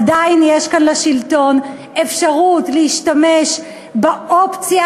עדיין יש כאן לשלטון אפשרות להשתמש באופציה